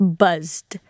buzzed